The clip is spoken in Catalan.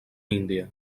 índia